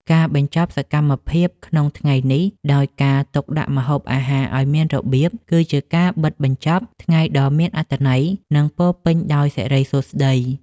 ការបញ្ចប់សកម្មភាពក្នុងថ្ងៃនេះដោយការទុកដាក់ម្ហូបអាហារឱ្យមានរបៀប គឺជាការបិទបញ្ចប់ថ្ងៃដ៏មានអត្ថន័យ និងពោពេញដោយសិរីសួស្តី។